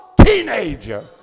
teenager